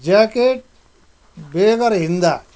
jacket बेगर हिँड्दा